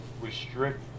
restrict